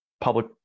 public